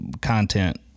content